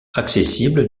accessible